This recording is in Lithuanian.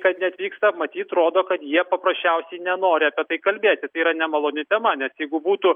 kad ne atvyksta matyt rodo kad jie paprasčiausiai nenori apie tai kalbėti tai yra nemaloni tema net jeigu būtų